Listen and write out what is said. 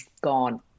gone